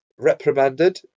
reprimanded